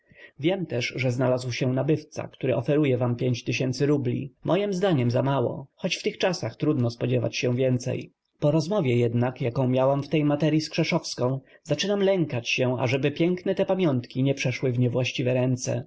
wiem też że znalazł się nabywca który ofiarowuje wam rubli mojem zdaniem zamało choć w tych czasach trudno spodziewać się więcej po rozmowie jednak jaką miałam w tej materyi z krzeszowską zaczynam lękać się ażeby piękne te pamiątki nie przeszły w niewłaściwe ręce